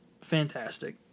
Fantastic